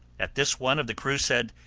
at this one of the crew said,